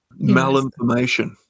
Malinformation